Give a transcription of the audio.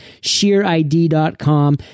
sheerid.com